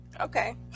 Okay